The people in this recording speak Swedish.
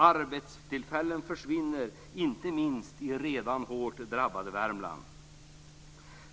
Arbetstillfällen försvinner, inte minst i det redan hårt drabbade Värmland.